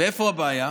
איפה הבעיה?